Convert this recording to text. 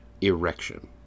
Erection